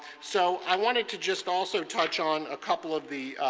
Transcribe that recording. so i wanted to just also touch on a couple of the